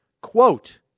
quote